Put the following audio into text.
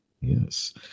Yes